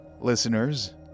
listeners